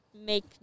make